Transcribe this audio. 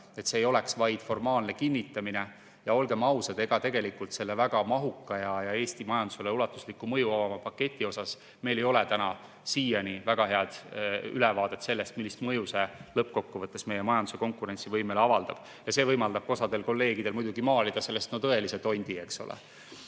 et see ei oleks vaid formaalne kinnitamine. Olgem ausad, ega tegelikult selle väga mahuka ja Eesti majandusele ulatuslikku mõju avaldava paketi osas meil ei ole siiani väga head ülevaadet sellest, millist mõju see lõppkokkuvõttes meie majanduse konkurentsivõimele avaldab. See võimaldab osadel kolleegidel muidugi maalida sellest tõelise tondi, eks ole.